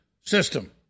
system